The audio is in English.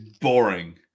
Boring